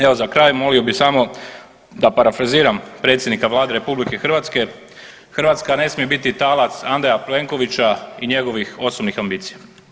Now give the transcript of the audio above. Evo za kraj molio bi samo da parafraziram predsjednika Vlade RH, Hrvatska ne smije biti talac Andreja Plenkovića i njegovih osobnih ambicija.